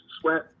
Sweat